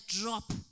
drop